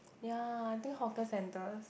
ya I think hawker centres